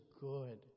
good